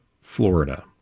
Florida